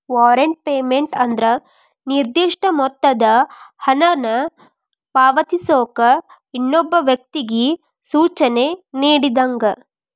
warrant payment ಅಂದ್ರ ನಿರ್ದಿಷ್ಟ ಮೊತ್ತದ ಹಣನ ಪಾವತಿಸೋಕ ಇನ್ನೊಬ್ಬ ವ್ಯಕ್ತಿಗಿ ಸೂಚನೆ ನೇಡಿದಂಗ